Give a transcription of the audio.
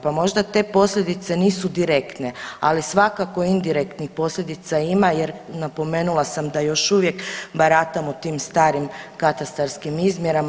Pa možda te posljedice nisu direktne, ali svakako indirektnih posljedica ima jer napomenula sam da još uvijek baratamo tim starim katastarskim izmjerama.